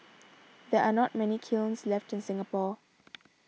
there are not many kilns left in Singapore